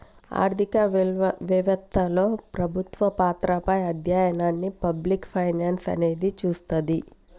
ఆర్థిక వెవత్తలో ప్రభుత్వ పాత్రపై అధ్యయనాన్ని పబ్లిక్ ఫైనాన్స్ అనేది చూస్తది